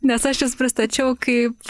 nes aš jus pristačiau kaip